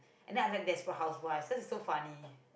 and then I like desperate housewives cause it's so funny